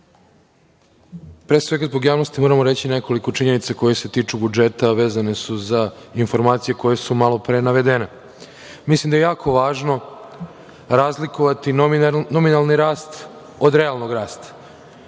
pre svega zbog javnosti moramo reći nekoliko činjenica koje se tiču budžeta, a vezane su za informacije koje su malopre navedene. Mislim da je jako važno razlikovati nominalni rast od realnog rasta.